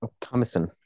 thomason